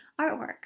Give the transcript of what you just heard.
artwork